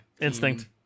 Instinct